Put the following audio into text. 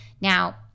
Now